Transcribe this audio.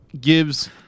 gives